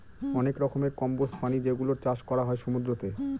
অনেক রকমের কম্বোজ প্রাণী যেগুলোর চাষ করা হয় সমুদ্রতে